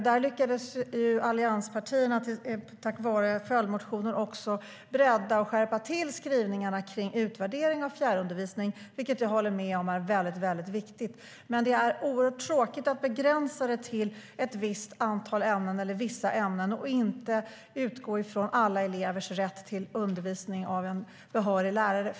Där lyckades allianspartierna tack vare sin följdmotion bredda och skärpa till skrivningarna om utvärdering av fjärrundervisning. Det är dock tråkigt att begränsa det till ett visst antal ämnen eller vissa ämnen och inte utgå från alla elevers rätt till undervisning av en behörig lärare.